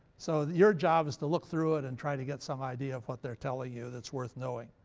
so your job is to look through it and try to get some idea of what they're telling you that's worth knowing.